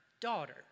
daughter